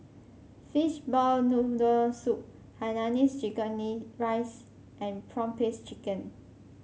Fishball Noodle Soup Hainanese chicken nee rice and prawn paste chicken